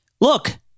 Look